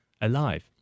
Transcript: alive